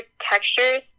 textures